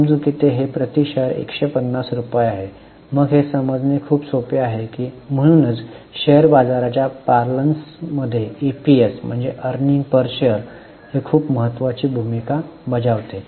समजू की हे प्रति शेअर 150 रुपये आहे मग हे समजणे खूप सोपे आहे की म्हणूनच शेअर बाजाराच्या पार्लन्समध्ये ईपीएस खूप महत्वाची भूमिका बजावते